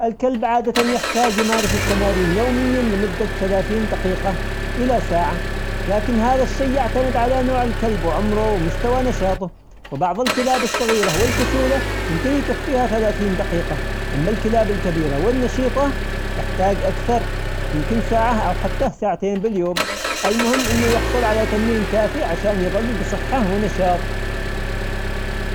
الكلب عادة يحتاج يمارس التمارين يوميا لمدة ثلاثين دقيقة إلى ساعة، لكن هذا الشيء يعتمد على نوع الكلب وعمره ومستوى نشاطه، وبعض الكلاب الصغيرة والكسولة يمكن يكفيها ثلاثين دقيقة أما الكلاب الكبيرة والنشيطة تحتاج أكثر يمكن ساعة أو حتى ساعتين باليوم ، المهم أنه يحصل على تمرين كافي عشان يظل بصحة ونشاط.